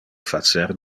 facer